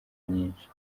nyinshi